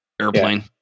airplane